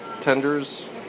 tenders